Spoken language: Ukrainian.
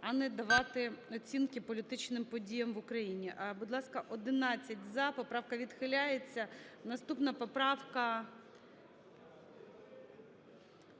а не давати оцінки політичним подіям в Україні. 16:37:26 За-11 Будь ласка, 11 – за, поправка відхиляється. Наступна поправка